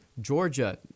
Georgia